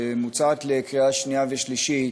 שמוצעת לקריאה שנייה ושלישית,